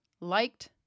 liked